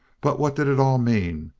but what did it all mean?